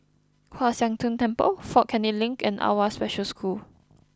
Kwan Siang Tng Temple Fort Canning Link and Awwa Special School